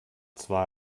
zwei